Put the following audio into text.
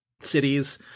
cities